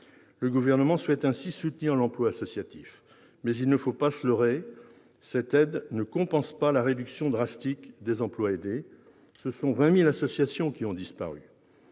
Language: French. Le Gouvernement souhaite ainsi soutenir l'emploi associatif. Mais il ne faut pas se leurrer, cette aide ne compense pas la réduction drastique des emplois aidés. Ce sont 20 000 associations qui ont disparu.